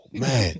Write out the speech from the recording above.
man